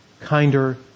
kinder